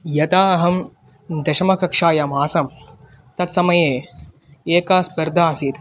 यदा अहं दशमकक्षायाम् आसं तत्समये एका स्पर्धा आसीत्